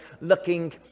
looking